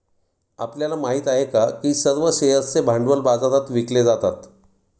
आपल्याला माहित आहे का की सर्व शेअर्सचे भांडवल बाजारात विकले जातात?